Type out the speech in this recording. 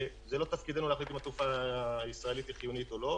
זה לא תפקידנו להחליט אם התעופה הישראלית היא חיונית או לא,